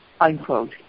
unquote